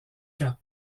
cap